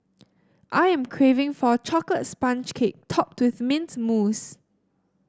I am craving for a chocolate sponge cake topped with mint mousse